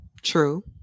true